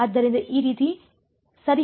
ಆದ್ದರಿಂದ ಈ ರೀತಿಯ ಸರಿ ಹೇಳೋಣ